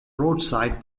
roadside